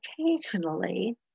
occasionally